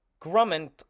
grumman